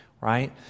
right